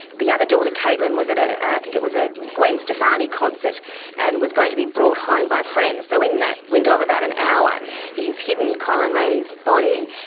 the other daughter, caitlyn, was at ah i think it was a gwen stefani concert and was going to be brought home by friends. so in that window of about an hour he's hidden corryn rayney's body,